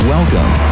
Welcome